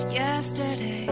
yesterday